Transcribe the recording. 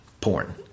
porn